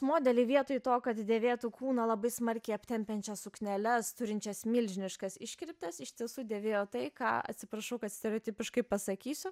modeliai vietoj to kad dėvėtų kūną labai smarkiai aptempiančias sukneles turinčias milžiniškas iškirptes iš tiesų dėvėjo tai ką atsiprašau kad stereotipiškai pasakysiu